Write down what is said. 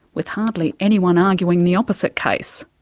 with hardly anyone arguing the opposite case.